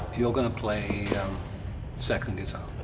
you're gonna play second guitar.